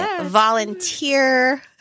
volunteer